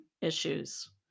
issues